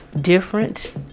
different